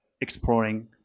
exploring